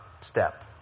step